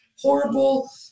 Horrible